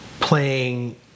playing